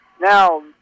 Now